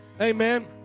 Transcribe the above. Amen